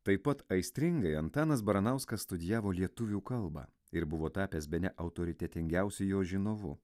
taip pat aistringai antanas baranauskas studijavo lietuvių kalbą ir buvo tapęs bene autoritetingiausiu jos žinovu